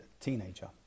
teenager